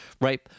right